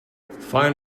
find